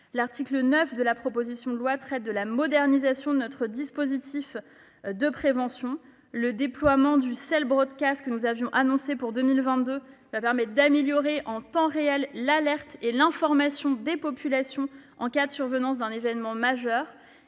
L'article 9 de la proposition de loi traite de la modernisation de notre dispositif de prévention. Le déploiement du, que nous avions annoncé pour 2022, viendra améliorer en temps réel l'alerte et l'information des populations en cas de survenance d'un événement majeur.